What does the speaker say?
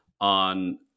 on